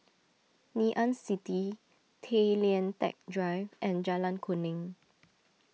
Ngee Ann City Tay Lian Teck Drive and Jalan Kuning